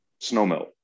snowmelt